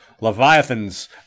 Leviathan's